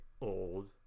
old